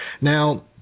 Now